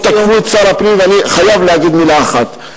תקפו פה את שר הפנים ואני חייב להגיד מלה אחת.